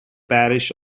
parish